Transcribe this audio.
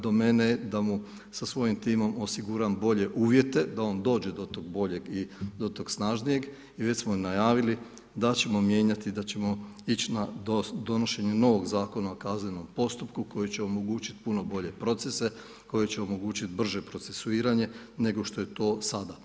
Do mene je da mu sa svojim timom osiguram bolje uvjete da on dođe do tog boljeg i do tog snažnijeg i već smo najavili da ćemo mijenjati, da ćemo ići na donošenje novog zakona o kaznenom postupku koji će omogućiti puno bolje procese, koji će omogućiti brže procesuiranje nego što je to sada.